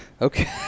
Okay